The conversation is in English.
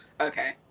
Okay